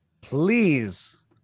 Please